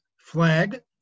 flag